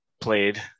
played